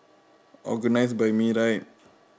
organise by me right